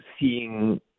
seeing